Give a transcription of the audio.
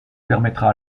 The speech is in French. permettra